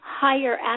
higher